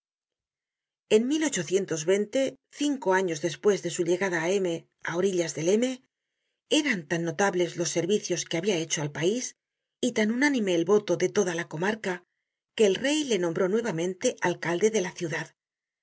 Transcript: en cinco años despues de su llegada á m á orillas del m eran tan notables los servicios que habia hecho al pais y tan unánime el voto de toda la comarca que el rey le nombró nuevamente alcalde de la ciudad